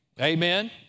Amen